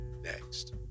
Next